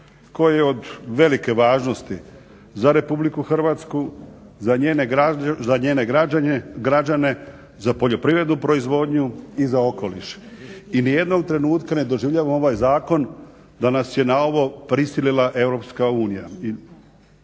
koji je od velike važnosti za RH, za njene građane, za poljoprivrednu proizvodnju i za okoliš. I nijednog trenutka ne doživljavam ovaj zakon da nas je na ovo prisilila EU.